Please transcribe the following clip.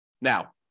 Now